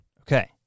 Okay